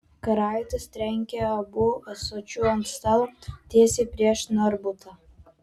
karaitis trenkė abu ąsočiu ant stalo tiesiai prieš narbutą